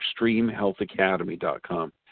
ExtremeHealthAcademy.com